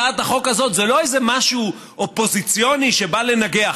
הצעת החוק הזאת זה לא איזה משהו אופוזיציוני שבא לנגח.